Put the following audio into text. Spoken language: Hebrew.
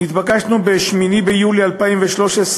נתבקשנו ב-8 ביולי 2013,